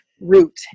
root